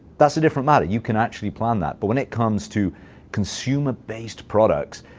that's a different matter. you can actually plan that. but, when it comes to consumer-based products,